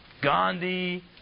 Gandhi